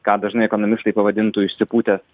ką dažnai ekonomistai pavadintų išsipūtęs